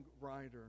writer